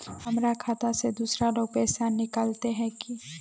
हमर खाता से दूसरा लोग पैसा निकलते है की?